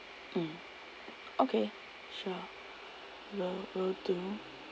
mm okay sure will will do